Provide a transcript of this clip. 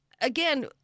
again